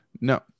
No